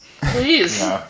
Please